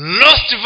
lost